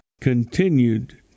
continued